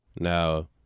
Now